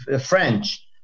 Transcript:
French